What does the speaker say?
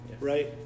Right